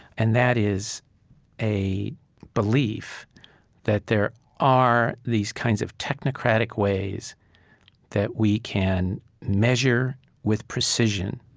and that is a belief that there are these kinds of technocratic ways that we can measure with precision